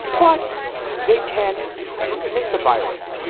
but they can transmit the virus.